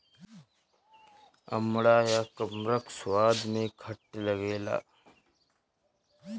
अमड़ा या कमरख स्वाद में खट्ट लागेला